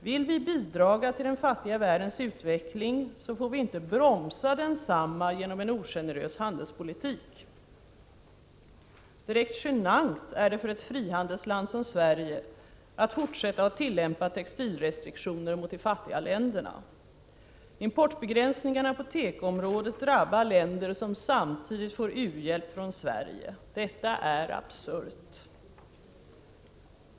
Vill vi bidra till den fattiga världens utveckling så får vi inte bromsa densamma genom en ogenerös handelspolitik. Direkt genant är det för ett frihandelsland som Sverige att fortsätta att tillämpa textilrestriktioner mot de fattiga länderna. Importbegränsningarna på tekoområdet drabbar länder som samtidigt får u-hjälp från Sverige. Detta är absurt.